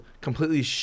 completely